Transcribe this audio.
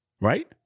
right